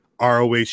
ROH